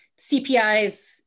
CPIs